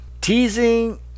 teasing